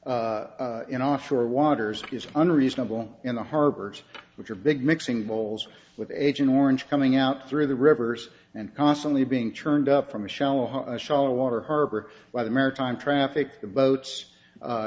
s in offshore waters is unreasonable in the harbors which are big mixing bowls with agent orange coming out through the rivers and constantly being churned up from a shallow shallow water harbor by the maritime traffic the boats